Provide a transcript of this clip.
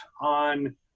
on